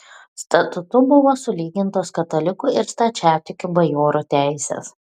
statutu buvo sulygintos katalikų ir stačiatikių bajorų teisės